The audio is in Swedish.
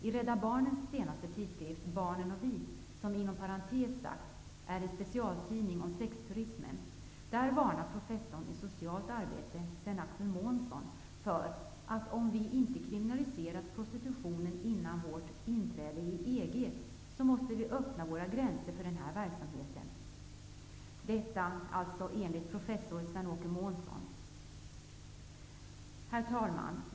I Rädda Barnens senaste tidskrift Barnen och vi, som inom parentes sagt är en specialtidning om sexturismen, varnar professorn i socialt arbete, Sven-Axel Månsson, för att vi måste öppna våra gränser för prostitution om vi inte kriminaliserar denna verksamhet före vårt inträde i EG. Herr talman!